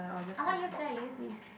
I want use that you use this